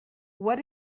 what